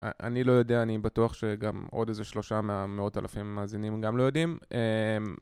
אני לא יודע, אני בטוח שגם עוד איזה שלושה מאות אלפים מאזינים גם לא יודעים